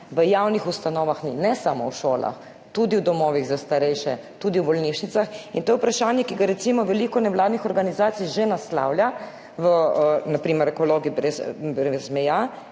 v javnih ustanovah in ne samo v šolah, tudi v domovih za starejše, tudi v bolnišnicah, veliko. In to je vprašanje, ki ga veliko nevladnih organizacij že naslavlja, na primer Ekologi brez meja,